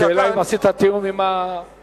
השאלה היא אם עשית תיאום עם הממשלה.